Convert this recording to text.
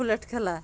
folate খেলা